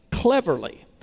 Cleverly